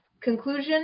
Conclusion